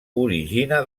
origina